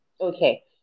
Okay